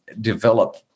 develop